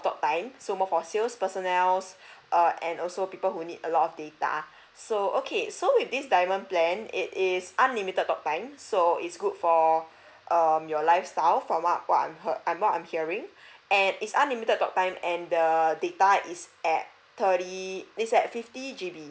talk time so more for sales personnel uh and also people who need a lot of data so okay so with this diamond plan it is unlimited talk time so it's good for um your lifestyle from I'm not I'm hearing and it's unlimited talk time and the data is at thirty is at fifty G_B